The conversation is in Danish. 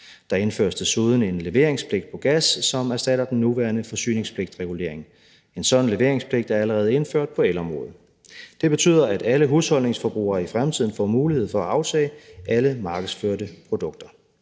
Der indføres desuden en leveringspligt på gas, som erstatter den nuværende forsyningspligtsregulering. En sådan leveringspligt er allerede indført på elområdet. Det betyder, at alle husholdningsforbrugere i fremtiden får mulighed for at aftage alle markedsførte produkter.